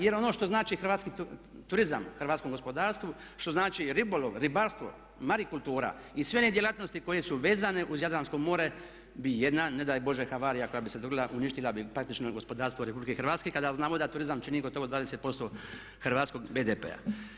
Jer ono što znači hrvatski turizam hrvatskom gospodarstvu, što znači ribolov, ribarstvo, marikultura i sve one djelatnosti koje su vezane uz Jadransko more bi jedna ne daj Bože havarija koja bi se dogodila, uništila bi praktično gospodarstvo RH kada znamo da turizam čini gotovo 20% Hrvatskog BDP-a.